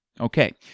okay